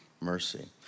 mercy